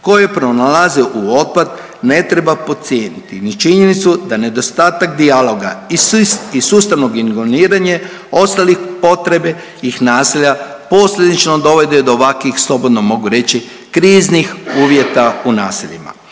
koje pronalaze u otpad ne treba podcijeniti ni činjenicu da nedostatak dijaloga i sustavno ignoriranje ostalih potrebe naselja posljedično dovode do ovakvih slobodno mogu reći kriznih uvjeta u naseljima.